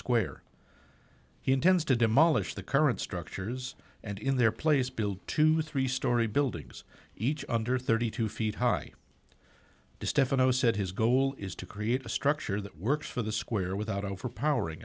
square he intends to demolish the current structures and in their place build two three story buildings each under thirty two feet high to stefano said his goal is to create a structure that works for the square without overpowering